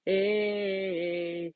Hey